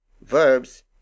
verbs